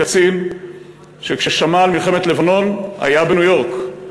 קצין שכששמע על מלחמת לבנון היה בניו-יורק.